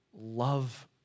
love